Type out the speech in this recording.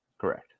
Correct